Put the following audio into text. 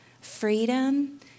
freedom